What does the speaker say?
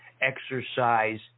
exercise